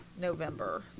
November